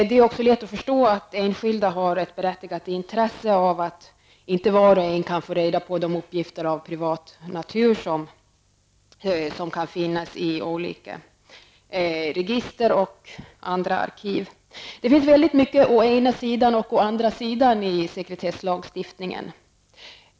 Det är också lätt att förstå att enskilda har ett berättigat intresse av att var och en inte kan få reda på de uppgifter av privat natur som kan finnas i olika register och andra arkiv. Det finns mycket å ena sidan och å andra sidan i sekretesslagstiftningen.